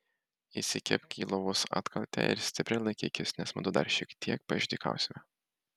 įsikibk į lovos atkaltę ir stipriai laikykis nes mudu dar šiek tiek paišdykausime